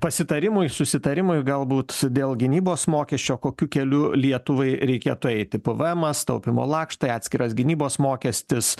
pasitarimui susitarimui galbūt dėl gynybos mokesčio kokiu keliu lietuvai reikėtų eiti pvemas taupymo lakštai atskiras gynybos mokestis